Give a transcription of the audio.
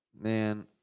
Man